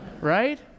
right